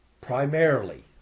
Primarily